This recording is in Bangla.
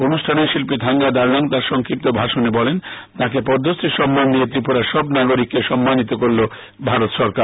অনুষ্ঠানে শিল্পী থাংগা দারলং তাঁর সংক্ষিপ্ত ভাষণে বলেন তাকে পদ্মশ্রী সম্মান দিয়ে ত্রিপুরার সব নাগরিককে সম্মানিত করলো ভারত সরকার